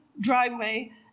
driveway